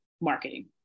marketing